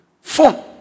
phone